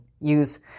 use